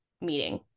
meeting